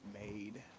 made